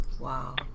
Wow